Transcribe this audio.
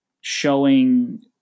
showing